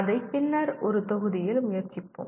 அதை பின்னர் ஒரு தொகுதியில் முயற்சிப்போம்